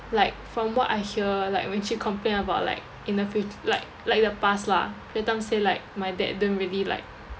like from what I hear like when she complained about like in the fut~ like like the past lah every time say like my dad don't really like